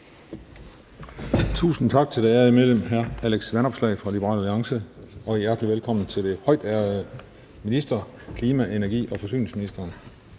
Tusind tak til det ærede medlem hr. Alex Vanopslagh fra Liberal Alliance, og hjertelig velkommen til den højtærede klima-, energi- og forsyningsminister.